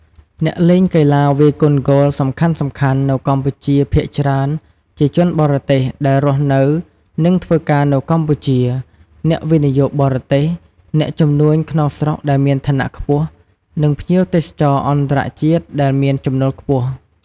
អ្នកលេងកីឡាវាយកូនហ្គោលសំខាន់ៗនៅកម្ពុជាភាគច្រើនជា ជនបរទេសដែលរស់នៅនិងធ្វើការនៅកម្ពុជា អ្នកវិនិយោគបរទេស អ្នកជំនួញក្នុងស្រុកដែលមានឋានៈខ្ពស់ និងភ្ញៀវទេសចរអន្តរជាតិដែលមានចំណូលខ្ពស់។